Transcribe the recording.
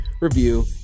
review